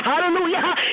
hallelujah